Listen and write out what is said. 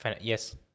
Yes